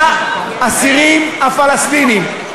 לאסירים הפלסטינים?